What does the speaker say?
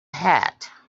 hat